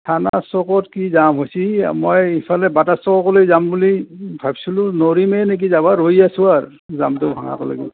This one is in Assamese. থানাৰ চুকত কি জাম হৈছে মই ইফালে বাটাৰ চ'কলৈ যাম বুলি ভাবিছিলোঁ নোৱাৰিমেই নেকি যাব ৰৈ আছোঁ আৰু জামটো ভাঙা লেগি লৈকে